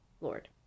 Lord